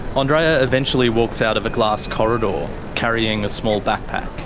andreea eventually walks out of a glass corridor, carrying a small backpack.